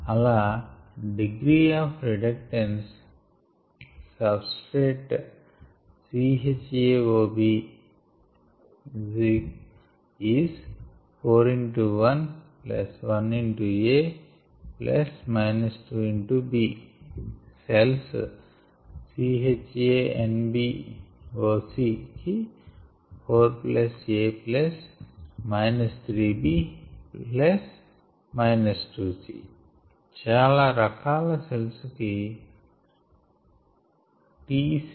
అలా degree of reductance Substrate 4 x 1 x Cells 4 a చాలా రకాల సెల్స్ కి Γcells విలువ 4